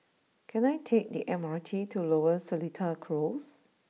can I take the M R T to Lower Seletar close